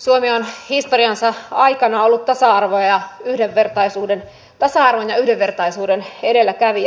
suomi on historiansa aikana ollut tasa arvon ja yhdenvertaisuuden edelläkävijä